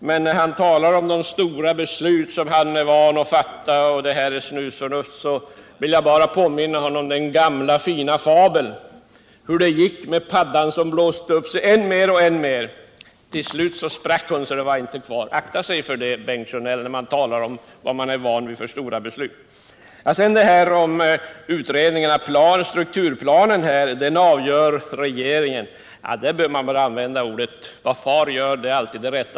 Men när han talar om de stora beslut han är van att fatta vill jag bara påminna honom om den gamla fina fabeln om hur det gick med paddan som blåste upp sig mer och mer. Till slut sprack hon. Akta er för det, herr Sjönell! Om utredningen och strukturplanen säger han att det avgör regeringen. Ja, vad far gör är alltid rätt.